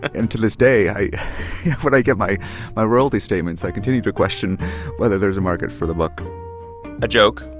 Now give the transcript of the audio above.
until this day, i when i get my my royalty statements, i continue to question whether there's a market for the book a joke,